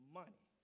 money